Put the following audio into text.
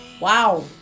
Wow